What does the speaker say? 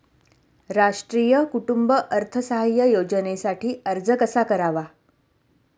राष्ट्रीय कुटुंब अर्थसहाय्य योजनेसाठी अर्ज कसा करावा?